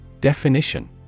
Definition